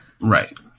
Right